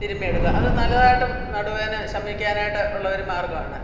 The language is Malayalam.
തിരുമ്മിയെടുക്കുക അത് നല്ലതായിട്ടും നടുവേദന ശമിക്കാനായിട്ട് ഉള്ളൊരു മാര്ഗ്ഗമാണ്